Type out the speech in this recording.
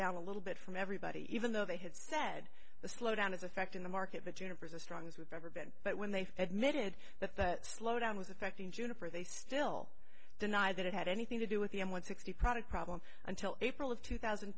down a little bit from everybody even though they had said the slowdown is affecting the market the jennifer is a strong as we've ever been but when they fed made it that that slowdown was affecting juniper they still deny that it had anything to do with the m one sixty product problem until april of two thousand